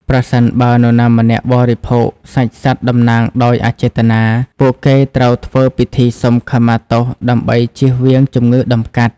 ប្រសិនបើនរណាម្នាក់បរិភោគសាច់សត្វតំណាងដោយអចេតនា ពួកគេត្រូវធ្វើពិធីសុំខមាទោសដើម្បីជៀសវាងជំងឺតម្កាត់។